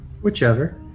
Whichever